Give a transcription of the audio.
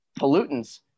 pollutants